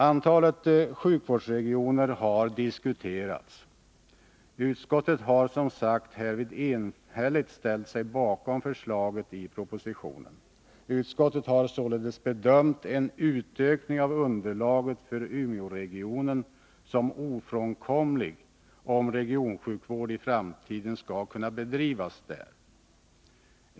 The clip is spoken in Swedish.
Antalet sjukvårdsregioner har diskuterats. Utskottet har härvid enhälligt ställt sig bakom förslaget i propositionen. Utskottet har således bedömt en utökning av underlaget för Umeåregionen som ofrånkomlig om regionsjukvård i framtiden skall kunna bedrivas där.